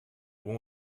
who